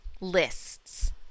Lists